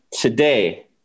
today